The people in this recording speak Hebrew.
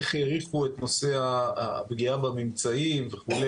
איך העריכו את נושא הפגיעה בממצאים וכו',